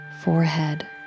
forehead